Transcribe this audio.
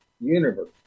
universe